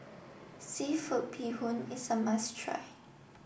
Seafood Bee Hoon is a must try